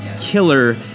killer